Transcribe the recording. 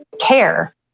care